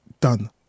done